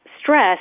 stress